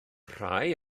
rhai